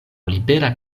libera